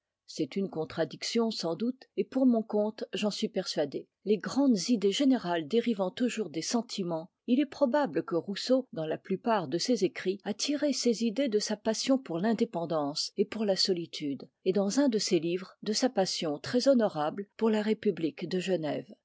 c'est une contradiction sans doute et pour mon compte j'en suis persuadé les grandes idées générales dérivant toujours des sentiments il est probable que rousseau dans la plupart de ses écrits a tiré ses idées de sa passion pour l'indépendance et pour la solitude et dans un de ses livres de sa passion très honorable pour la république de genève